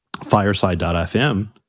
fireside.fm